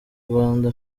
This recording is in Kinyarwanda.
rwanda